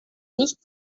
nicht